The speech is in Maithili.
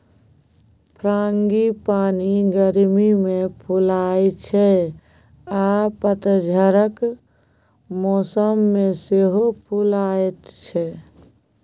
फ्रांगीपानी गर्मी मे फुलाइ छै आ पतझरक मौसम मे सेहो फुलाएत छै